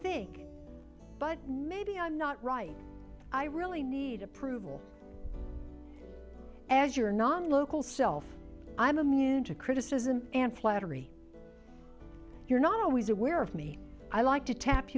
think but maybe i'm not right i really need approval as your non local self i'm immune to criticism and flattery you're not always aware of me i like to ta